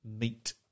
meat